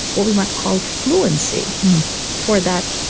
what we might call, fluency for that